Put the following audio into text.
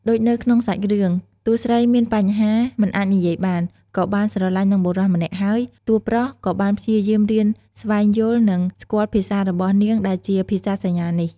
ដូចនៅក្នុងសាច់រឿង តួស្រីមានបញ្ហាមិនអាចនិយាយបាន ក៏បានស្រលាញ់នឹងបុរសម្នាក់ហើយ តួរប្រុសក៏បានព្យាយាមរៀនស្វែងយល់និង ស្គាល់ភាសារបស់នាងដែលជាភាសាសញ្ញានេះ ។